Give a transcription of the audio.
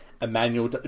Emmanuel